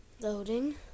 loading